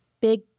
big